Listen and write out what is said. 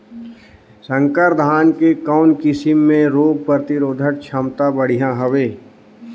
संकर धान के कौन किसम मे रोग प्रतिरोधक क्षमता बढ़िया हवे?